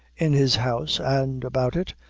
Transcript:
in his house, and about it,